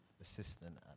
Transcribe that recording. assistant